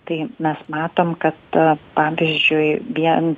tai mes matom kad ta pavyzdžiui vien